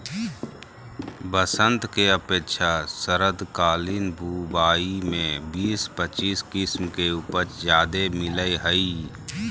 बसंत के अपेक्षा शरदकालीन बुवाई में बीस पच्चीस किस्म के उपज ज्यादे मिलय हइ